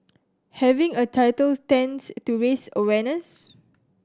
having a title tends to raise awareness